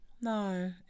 No